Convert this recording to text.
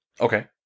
Okay